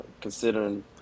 considering